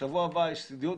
בשבוע הבא יש לנו דיון,